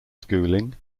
schooling